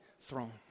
throne